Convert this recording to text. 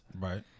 Right